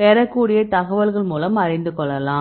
பெறக்கூடிய தகவல்கள் மூலம் அறிந்து கொள்ளலாம்